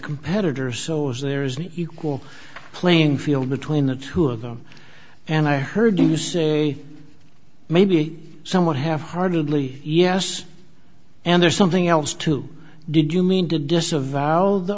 competitors so as there is an equal playing field between the two of them and i heard you say maybe somewhat half heartedly yes and there's something else too did you mean to disavow the